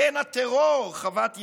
קן הטרור חוות יאיר,